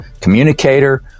communicator